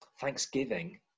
thanksgiving